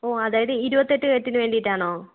ഓ അതായത് ഇരുപത്തെട്ടുകെട്ടിനുവേണ്ടിയിട്ടാണോ